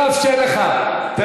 גם מציע לך להזדהות ולעבור לעזה.